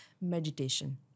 meditation